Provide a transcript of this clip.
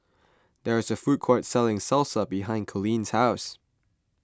there is a food court selling Salsa behind Coleen's house